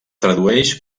tradueix